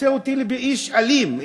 עושה אותי איש אלים,